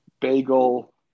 bagel